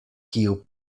kiu